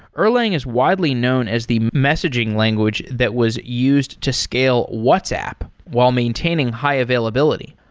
erlang is widely known as the messaging language that was used to scale whatsapp, while maintaining high availability.